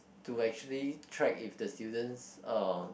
to actually track if the students uh